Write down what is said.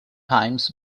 times